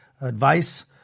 advice